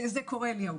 זה קורה לי הרבה.